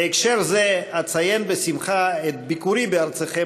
בהקשר זה אציין בשמחה את ביקורי בארצכם